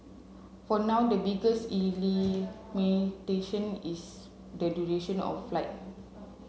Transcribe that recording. for now the biggest limitation is the duration of flight